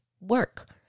work